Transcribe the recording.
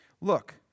Look